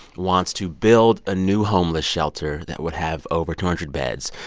wants to build a new homeless shelter that would have over two hundred beds.